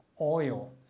oil